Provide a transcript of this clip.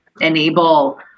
enable